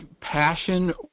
passion